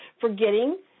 forgetting